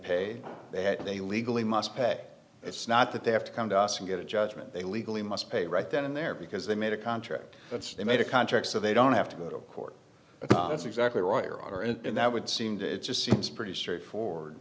paid that they legally must pack it's not that they have to come to us and get a judgment they legally must pay right then and there because they made a contract they made a contract so they don't have to go to court that's exactly right here and that would seem to it just seems pretty straightforward